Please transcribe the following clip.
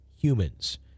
humans